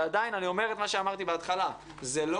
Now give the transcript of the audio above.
ועדיין אני אומר את מה שאמרתי בהתחלה: זה לא